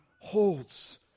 holds